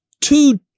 two